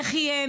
איך יהיה,